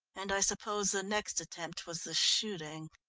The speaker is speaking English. and i suppose the next attempt was the shooting?